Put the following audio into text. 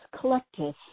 collective